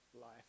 life